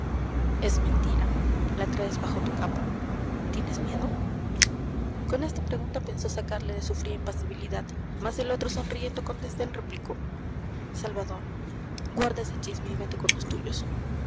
es mentira la traes bajo tu capa tienes miedo con esta pregunta pensó sacarle de su fría impasibilidad mas el otro sonriendo con desdén replicó salvador guarda ese chisme y vete con los tuyos